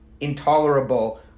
intolerable